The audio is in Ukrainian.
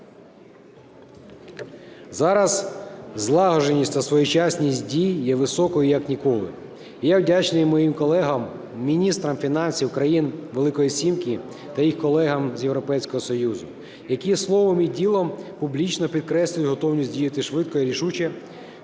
Зараз злагодженість та своєчасність дій є високою як ніколи. І я вдячний моїм колегам міністрам фінансів країн "Великої сімки" та їх колегам з Європейського Союзу, які словом і ділом публічно підкреслюють готовність діяти швидко і рішуче,